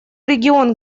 регион